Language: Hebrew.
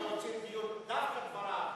אנחנו רוצים דיון כאן,